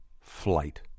flight